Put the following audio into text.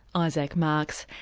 isaac marks.